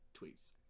tweets